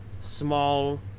small